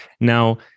now